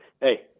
Hey